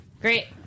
Great